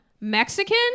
Mexican